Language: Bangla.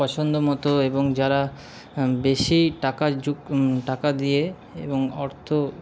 পছন্দ মতো এবং যারা বেশি টাকা টাকা দিয়ে এবং অর্থ